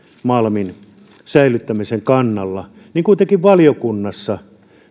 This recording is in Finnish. malmin säilyttämisen kannalla niin kuitenkin valiokunnassa